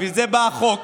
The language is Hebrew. בשביל זה בא החוק